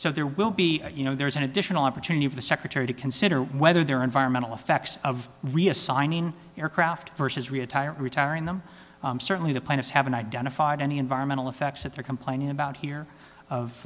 so there will be you know there is an additional opportunity for the secretary to consider whether there are environmental effects of reassigning aircraft versus retire retiring them certainly the plaintiffs haven't identified any environmental effects that they're complaining about here of